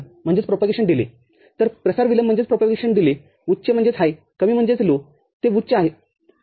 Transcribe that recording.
तरप्रसार विलंबउच्च कमी ते उच्च ठीक आहे